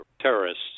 terrorists